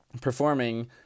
performing